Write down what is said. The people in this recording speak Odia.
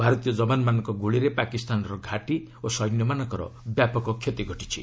ଭାରତୀୟ ଯବାନମାନଙ୍କ ଗୁଳିରେ ପାକିସ୍ତାନର ଘାଟି ଓ ସୈନ୍ୟମାନଙ୍କର ବ୍ୟାପକ କ୍ଷତି ଘଟିଛି